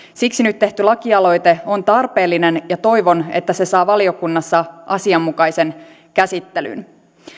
siksi nyt tehty lakialoite on tarpeellinen ja toivon että se saa valiokunnassa asianmukaisen käsittelyn